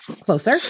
closer